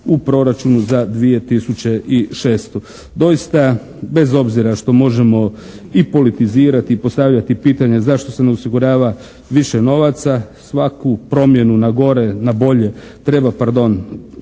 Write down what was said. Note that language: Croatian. u proračunu za 2006. Doista, bez obzira što možemo i politizirati i postavljati pitanje zašto se ne osigurava više novaca. Svaku promjenu na gore, na bolje treba pardon,